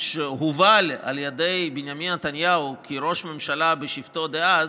שהובל על ידי בנימין נתניהו כראש ממשלה, בשבתו אז.